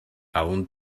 aún